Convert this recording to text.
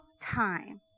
time